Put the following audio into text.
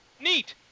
Neat